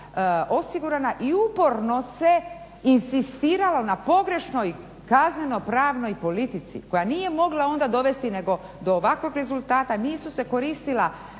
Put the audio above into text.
osigurana i uporno se inzistiralo na pogrešnoj kazneno-pravnoj politici koja nije mogla onda dovesti nego do ovakvog rezultata. Nisu se koristila